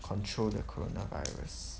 control the coronavirus